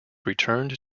returned